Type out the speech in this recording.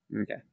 Okay